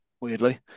weirdly